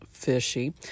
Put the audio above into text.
fishy